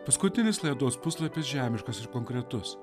paskutinis laidos puslapis žemiškas ir konkretus